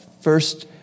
First